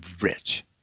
rich